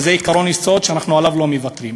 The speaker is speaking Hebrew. וזה עקרון יסוד שאנחנו עליו לא מוותרים.